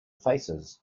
faces